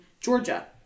Georgia